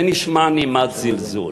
זה נשמע נימת זלזול.